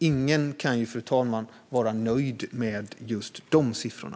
Ingen kan, fru talman, vara nöjd med just de siffrorna.